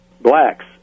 blacks